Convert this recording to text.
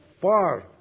far